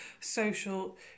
social